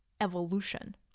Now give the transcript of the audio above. evolution